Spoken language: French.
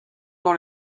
dans